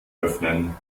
öffnen